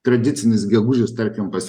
tradicinis gegužis tarkim pas